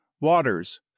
waters